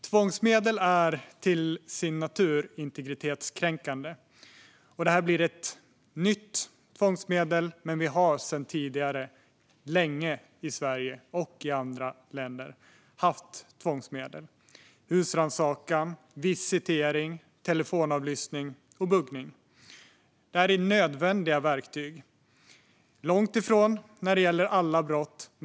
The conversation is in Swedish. Tvångsmedel är till sin natur integritetskränkande, och det här blir ett nytt tvångsmedel. Vi har sedan länge i Sverige och andra länder haft tvångsmedel som husrannsakan, visitering, telefonavlyssning och buggning. Det här är nödvändiga verktyg. Inte när det gäller alla brott - långt ifrån.